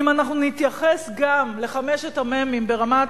אם נתייחס גם לחמשת המ"מים ברמת